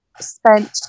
spent